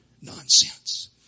nonsense